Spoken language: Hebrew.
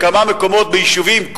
בכמה מקומות ביישובים,